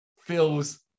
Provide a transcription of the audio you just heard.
feels